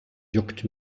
juckt